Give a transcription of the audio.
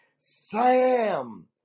Sam